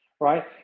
Right